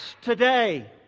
today